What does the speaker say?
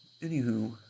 anywho